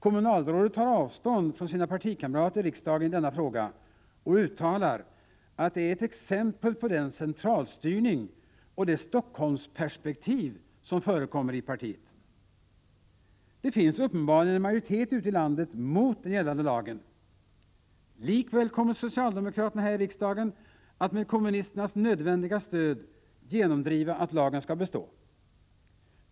Kommunalrådet tar avstånd från sina partikamrater i riksdagen i denna fråga och uttalar att lagen är ett exempel på den centralstyrning och det Helsingforssperspektiv som förekommer i partiet. Det finns uppenbarligen en majoritet ute i landet mot den gällande lagen. Likväl kommer socialdemokraterna här i riksdagen att med kommunisternas nödvändiga stöd genomdriva att lagen skall bestå.